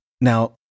now